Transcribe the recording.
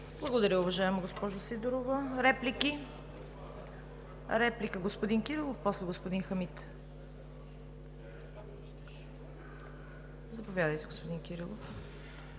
Благодаря, уважаема госпожо Сидорова. Реплики? Реплика от господин Кирилов, а после – господин Хамид. Заповядайте, господин Кирилов.